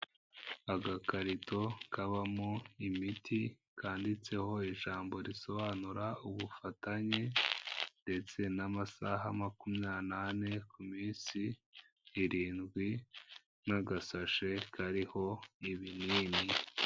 Agakarito kabamo imiti kanditseho ijambo risobanura ubufatanye, ndetse n'amasaha makumya n'ane ku minsi irindwi, n'agasashe kariho ibinini.